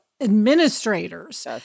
administrators